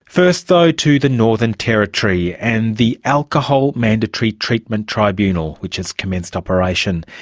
first though to the northern territory and the alcohol mandatory treatment tribunal which has commenced operation.